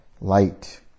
light